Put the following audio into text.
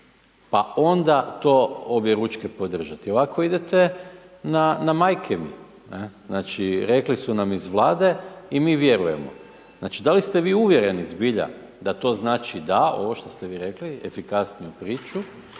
pa onda to objeručke podržati, ovako idete na, na majke mi, ne. Znači, rekli su nam iz Vlade i mi vjerujemo. Znači da li ste vi uvjereni zbilja da to znači DA, ovo šta ste vi rekli, efikasniju priču,